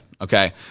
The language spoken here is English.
okay